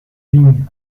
vigne